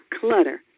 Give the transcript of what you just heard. Clutter